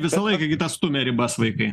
visą laiką gi tas stumia ribas vaikai